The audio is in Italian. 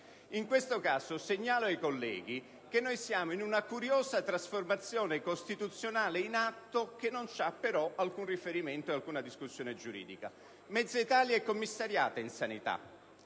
In questo caso segnalo ai colleghi che è in atto una curiosa trasformazione costituzionale, che non ha però alcun riferimento e alcun confronto giuridico. Mezza Italia è commissariata in sanità: